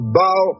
bow